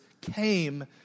came